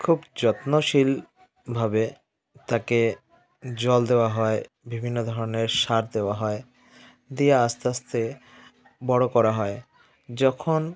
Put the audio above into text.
খুব যত্নশীলভাবে তাকে জল দেওয়া হয় বিভিন্ন ধরনের সার দেওয়া হয় দিয়ে আস্তে আস্তে বড়ো করা হয় যখন